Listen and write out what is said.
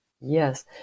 Yes